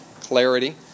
clarity